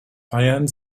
feiern